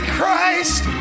Christ